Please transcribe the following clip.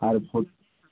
আর